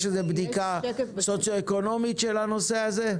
יש איזו בדיקה סוציואקונומית של הנושא הזה?